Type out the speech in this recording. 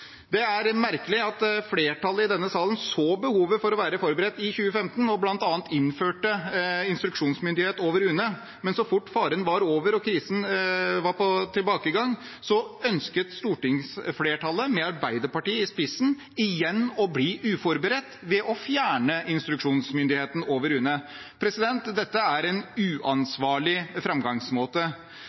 Det er merkelig at flertallet i denne salen så behovet for å være forberedt i 2015 og bl.a. innførte instruksjonsmyndighet over UNE, men så fort faren var over og krisen var på tilbakegang, ønsket stortingsflertallet – med Arbeiderpartiet i spissen – igjen å bli uforberedt ved å fjerne instruksjonsmyndigheten over UNE. Dette er en uansvarlig